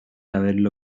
haberlo